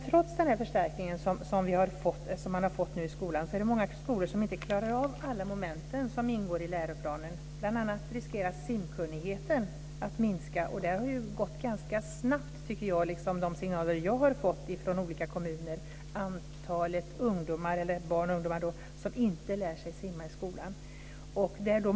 Trots den förstärkning man har fått i skolan är det många skolor som inte klarar av alla moment som ingår i läroplanen. Bl.a. riskerar simkunnigheten att minska. Antalet barn och ungdomar som inte lär sig simma i skolan har minskat ganska snabbt. Det är signaler som jag har fått från olika kommuner.